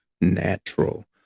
Natural